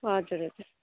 हजुर हजुर